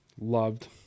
loved